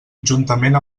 juntament